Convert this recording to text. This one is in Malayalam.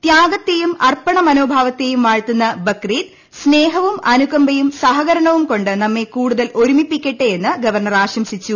ത്യാഗത്തെയും അർപ്പണമനോഭാവത്തെയും വാഴ്ത്തുന്ന ബക്രീദ് സ്നേഹവും അനുകമ്പയും സഹകരണവും കൊണ്ട് നമ്മെ കൂടുതൽ ഒരുമിപ്പിക്കട്ടെ എന്ന് ഗവർണർ ആശംസിച്ചു